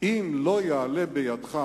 שאם לא יעלה בידך,